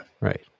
Right